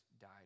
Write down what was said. died